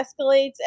escalates